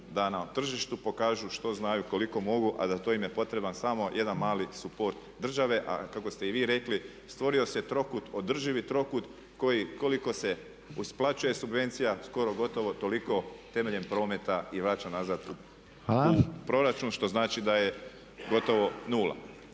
da na tržištu pokažu što znaju, koliko mogu a za to im je potreban samo jedan mali suport države. A kako ste i vi rekli stvorio se trokut, održivi trokut koji koliko se isplaćuje subvencija skoro gotovo toliko temeljem prometa i vraća nazad u proračun što znači da je gotovo nula.